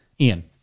Ian